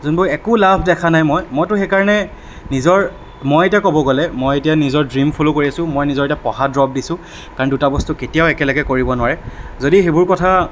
যিবোৰ একো লাভ দেখা নাই মই মইতো সেইকাৰণে নিজৰ মই এতিয়া ক'ব গ'লে মই এতিয়া নিজৰ ড্ৰিম ফল' কৰি আছোঁ মই নিজৰ এতিয়া পঢ়া দ্ৰপ দিছোঁ কাৰণ দুটা বস্তু কেতিয়াও একেলগে কৰিব নোৱাৰে যদি সেইবোৰ কথা